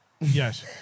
Yes